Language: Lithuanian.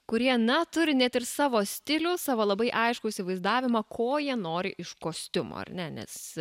kurie na turi net ir savo stilių savo labai aiškų įsivaizdavimą ko jie nori iš kostiumo ar ne nes